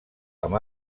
amb